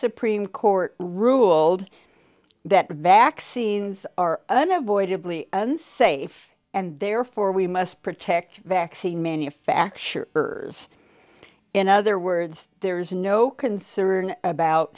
supreme court ruled that vaccines are unavoidably unsafe and therefore we must protect vaccine manufacturers in other words there's no concern about